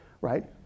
right